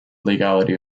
legality